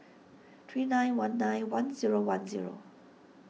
three nine one nine one zero one zero